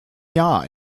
jahr